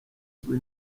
izwi